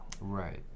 Right